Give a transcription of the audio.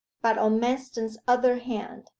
but on manston's other hand.